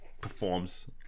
performs